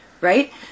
right